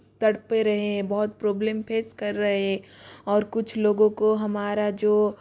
तड़प रहे बहुत प्रॉब्लम फेस कर रहे और कुछ लोगों को हमारा जो